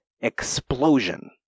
explosion